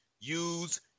use